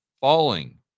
falling